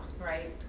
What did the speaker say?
right